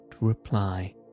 reply